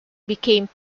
became